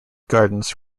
gardens